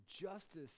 justice